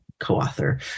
co-author